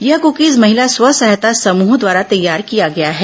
यह कुकीज महिला स्व सहायता समूहों द्वारा तैयार किया गया है